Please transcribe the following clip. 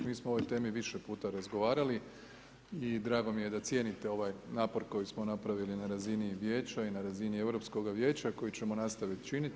Mi smo o ovoj temi više puta razgovarali i drago mi je da cijenite ovaj napor koji smo napravili na razini vijeća i na razini Europskoga vijeća koji ćemo nastaviti činiti.